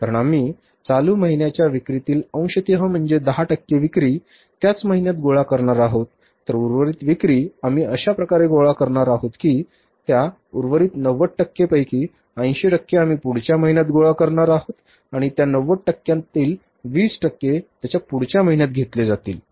कारण आम्ही चालू महिन्याच्या विक्रीतील अंशतः म्हणजेच 10 टक्के विक्री त्याच महिन्यात गोळा करणार आहोत तर उर्वरित विक्री आम्ही अश्याप्रकारे गोळा करणार आहोत की त्या उर्वरित 90 टक्के पैकी 80 टक्के आम्ही पुढच्या महिन्यात गोळा करणार आहोत आणि त्या 90 टक्क्यांतील 20 टक्के त्याच्या पुढच्या महिन्यात घेतले जातील बरोबर